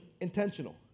intentional